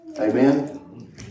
Amen